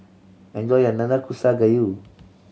enjoy your Nanakusa Gayu